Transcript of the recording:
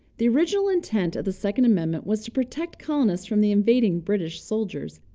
the original intent of the second amendment was to protect colonists from the invading british soldiers,